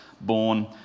born